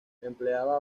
empleaba